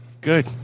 Good